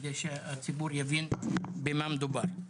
כדי שהציבור יבין במה מדובר.